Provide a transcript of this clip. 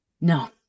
No